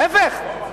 להיפך,